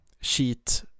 sheet